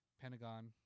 Pentagon